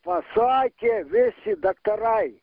pasakė visi daktarai